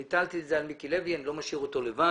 הטלתי את זה על מיקי לוי אבל אני לא משאיר אותו לבד.